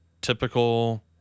typical